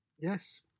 Yes